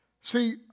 See